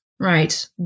right